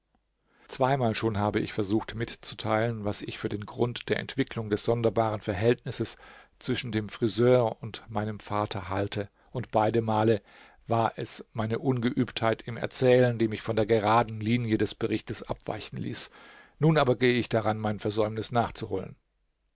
zweimal schon habe ich versucht mitzuteilen was ich für den grund der entwicklung des sonderbaren verhältnisses zwischen dem friseur und meinem vater halte und beidemal war es meine ungeübtheit im erzählen die mich von der geraden linie des berichtes abweichen ließ nun aber gehe ich daran mein versäumnis nachzuholen